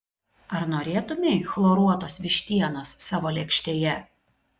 ar norėtumei chloruotos vištienos savo lėkštėje